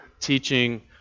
teaching